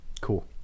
cool